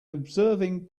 observing